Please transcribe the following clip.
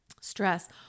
stress